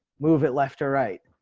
move it left or right.